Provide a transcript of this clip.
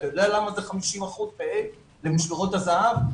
אתה יודע למה זה 50% ב-ה' למשמרות זה"ב?